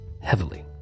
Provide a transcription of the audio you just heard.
heavily